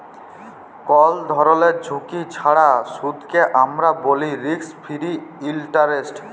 call ধরলের ঝুঁকি ছাড়া সুদকে আমরা ব্যলি রিস্ক ফিরি ইলটারেস্ট